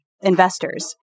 investors